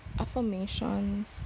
affirmations